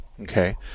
Okay